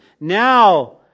now